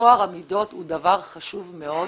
טוהר המידות הוא דבר חשוב מאוד.